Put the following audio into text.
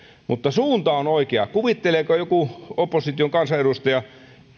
mutta suunta on oikea kuvitteleeko joku opposition kansanedustaja